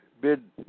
bid